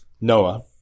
Noah